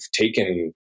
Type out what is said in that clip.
taken